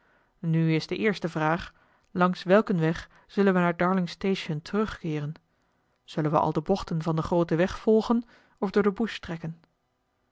nu is de eerste vraag langs welken weg zullen we naar darling station terugkeeren zullen we al de bochten van den grooten weg volgen of door de bush trekken